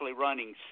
running